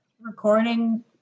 recording